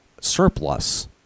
surplus